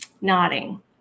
nodding